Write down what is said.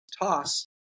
toss